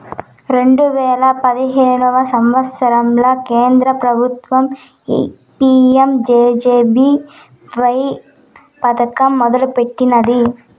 రెండు వేల పదహైదు సంవత్సరంల కేంద్ర పెబుత్వం పీ.యం జె.జె.బీ.వై పదకం మొదలెట్టినాది